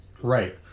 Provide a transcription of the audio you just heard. right